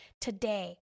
today